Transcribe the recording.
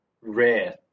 rare